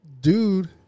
dude